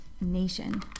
nation